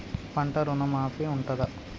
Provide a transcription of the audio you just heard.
పంట ఋణం మాఫీ ఉంటదా?